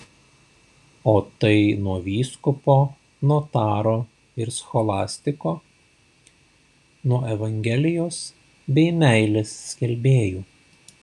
o tai nuo vyskupo notaro ir scholastiko nuo evangelijos bei meilės skelbėjų